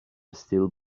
still